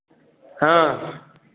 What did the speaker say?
हँ